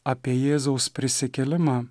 apie jėzaus prisikėlimą